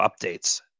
updates